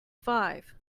five